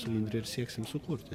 su indre ir sieksim sukurti